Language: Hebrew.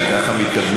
אם ככה מתקדמים,